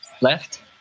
left